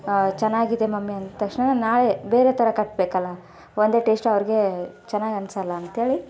ಚೆನ್ನಾಗಿದೆ ಮಮ್ಮಿ ಅಂದ ತಕ್ಷಣ ನಾನು ನಾಳೆ ಬೇರೆ ಥರ ಕಟ್ಟಬೇಕಲ್ಲ ಒಂದೇ ಟೇಸ್ಟು ಅವರಿಗೆ ಚೆನ್ನಾಗಿ ಅನಿಸಲ್ಲ ಅಂತ ಹೇಳಿ